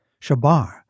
Shabar